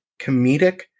comedic